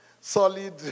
solid